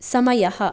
समयः